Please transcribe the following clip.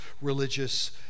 religious